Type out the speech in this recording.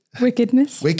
wickedness